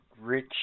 rich